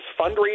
Fundraising